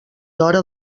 hora